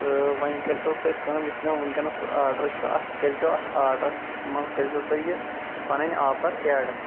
تہٕ وۄنۍ کٔرتَو تُہۍ کٲم یُس مےٚ وٕنکٮ۪نَس آڈَر چھُ اَتھ کٔرزیٚو اتھ آڈرَس مَنٛز کٔرزیٚو تُہۍ یہِ پَنٕنۍ آفَر ایٚڈ